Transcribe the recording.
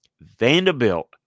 Vanderbilt